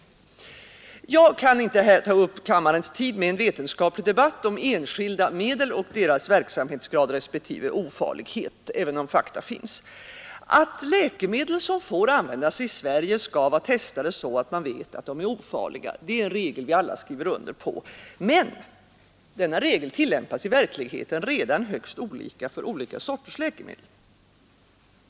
Jag kan inte ta upp kammarens tid med en vetenskaplig debatt om enskilda medel och deras verksamhetsgrad respektive ofarlighet, även om fakta finns. Att läkemedel som får användas i Sverige skall vara testade, så att man vet att de är ofarliga, är en regel vi alla skriver under. Men denna regel tillämpas i verkligheten högst olika för olika sorters läkemedel.